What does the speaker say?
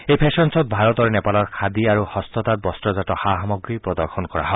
এই ফেখন খত ভাৰত আৰু নেপালৰ খাদী আৰু হস্ততাঁত বস্ক্ৰজাত সা সামগ্ৰী প্ৰদৰ্শন কৰা হয়